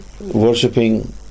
worshipping